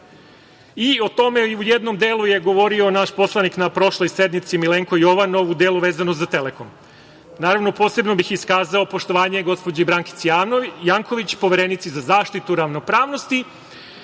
tome i u jednom delu je govorio naš poslanik na prošloj sednici, Milenko Jovanov, u delu vezano za „Telekom“.Naravno, posebno bih iskazao poštovanje gospođi Brankici Janković, Poverenici za zaštitu ravnopravnosti